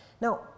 Now